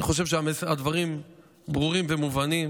אני חושב שהדברים ברורים ומובנים.